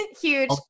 Huge